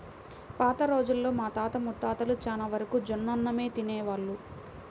పాత రోజుల్లో మన తాత ముత్తాతలు చానా వరకు జొన్నన్నమే తినేవాళ్ళు